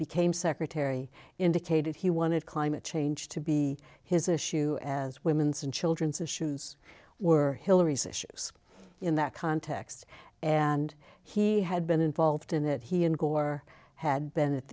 became secretary indicated he wanted climate change to be his issue as women's and children's issues were hillary's issues in that context and he had been involved in that he and gore had been